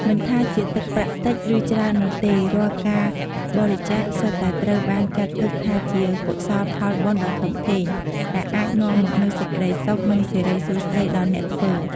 មិនថាជាទឹកប្រាក់តិច ឬច្រើននោះទេ រាល់ការបរិច្ចាគសុទ្ធតែត្រូវបានចាត់ទុកថាជាកុសលផលបុណ្យដ៏ធំធេង ដែលអាចនាំមកនូវសេចក្តីសុខ និងសិរីសួស្តីដល់អ្នកធ្វើ។